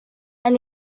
and